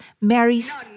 marries